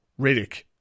Riddick